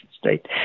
state